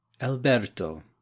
alberto